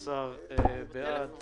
11 בעד.